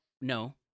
no